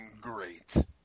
great